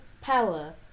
power